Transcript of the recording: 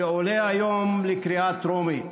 שעולה היום לקריאה טרומית.